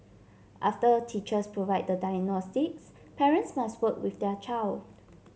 after teachers provide the diagnostics parents must work with their child